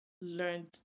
learned